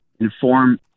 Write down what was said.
inform